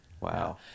Wow